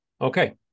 Okay